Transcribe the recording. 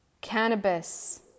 cannabis